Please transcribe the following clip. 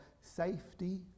safety